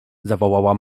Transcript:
zawołała